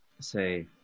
say